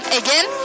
again